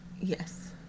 Yes